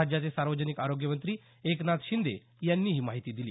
राज्याचे सार्वजनिक आरोग्य मंत्री एकनाथ शिंदे यांनी ही माहिती दिली